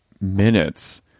minutes